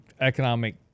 economic